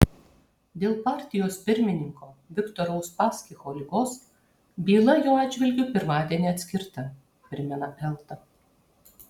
dėl partijos pirmininko viktoro uspaskicho ligos byla jo atžvilgiu pirmadienį atskirta primena elta